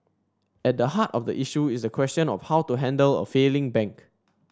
at the heart of the issue is the question of how to handle a failing bank